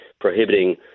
prohibiting